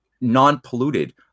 non-polluted